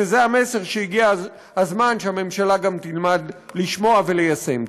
וזה המסר שהגיע הזמן שהממשלה גם תלמד לשמוע וליישם.